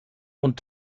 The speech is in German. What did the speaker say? und